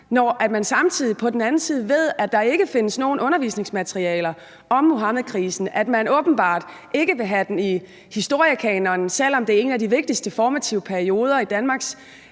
den anden side ved, at der ikke findes nogen undervisningsmaterialer om Muhammedkrisen, og at man åbenbart ikke vil have den i historiekanonen, selv om det er en af de vigtigste formative perioder i Danmarks